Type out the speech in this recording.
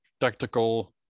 tactical